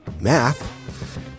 math